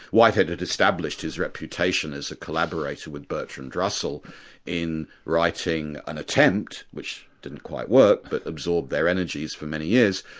whitehead had established his reputation as a collaborator with bertrand russell in writing an attempt, which didn't quite work but absorbed their energies for many years,